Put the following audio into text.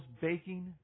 baking